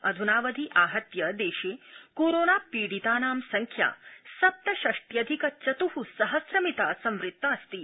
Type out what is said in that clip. अध्नावधि आहत्य देशे कोरोना पीडितानां संख्या सप्तषष्ट्यधिक चत्ः सहस्रमिता संवृत्तास्ति